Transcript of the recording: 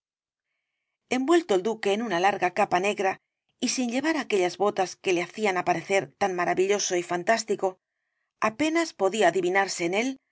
envuelto el duque en una larga capa negra y sin llevar aquellas botas que le hacían aparecer tan maravilloso y fantástico apenas podía adivinarse en él